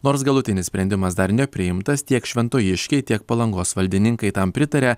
nors galutinis sprendimas dar nepriimtas tiek šventojiškiai tiek palangos valdininkai tam pritaria